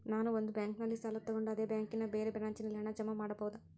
ನಾನು ಒಂದು ಬ್ಯಾಂಕಿನಲ್ಲಿ ಸಾಲ ತಗೊಂಡು ಅದೇ ಬ್ಯಾಂಕಿನ ಬೇರೆ ಬ್ರಾಂಚಿನಲ್ಲಿ ಹಣ ಜಮಾ ಮಾಡಬೋದ?